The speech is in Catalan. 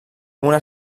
una